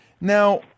Now